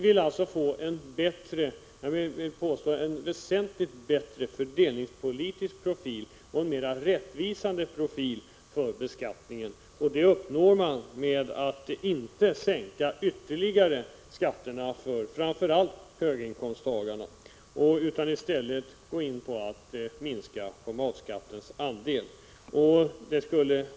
Därmed vill vi åstadkomma en väsentligt bättre fördelningspolitisk profil och en mer rättvis profil för beskattningen. Det uppnår man genom att inte ytterligare sänka skatterna för framför allt höginkomsttagarna utan i stället minska matskattens andel av beskattningen.